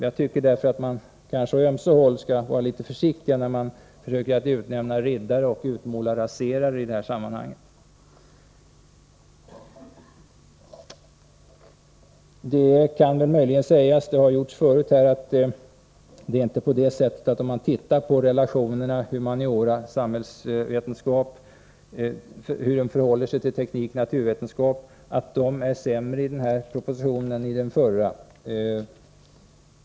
Jag tycker därför att man på ömse håll skall vara litet försiktig när man utnämner ”riddare” och utmålar någon som ”raserare” i sammanhanget. Det kan möjligen också sägas att relationerna mellan humaniora och samhällsvetenskap på den ena sidan och teknik och naturvetenskap på den andra inte är sämre i den här propositionen än i den förra.